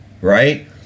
right